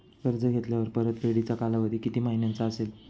कर्ज घेतल्यावर परतफेडीचा कालावधी किती महिन्यांचा असेल?